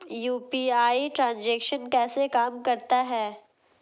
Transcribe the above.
UPI transaction कैसे काम करता है?